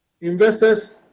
investors